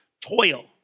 toil